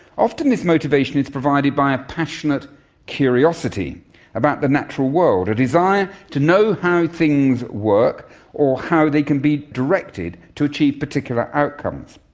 often this motivation is provided by a passionate curiosity about the natural world, a desire to know how things work or how they can be directed to achieve particular outcomes.